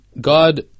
God